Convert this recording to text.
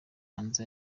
hanze